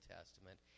Testament